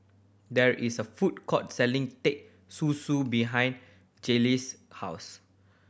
there is a food court selling Teh Susu behind Jalen's house